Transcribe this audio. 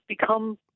become